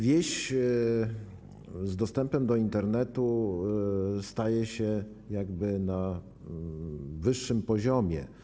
Wieś z dostępem do Internetu staje się jakby wsią na wyższym poziomie.